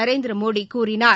நரேந்திரமோடிகூறினார்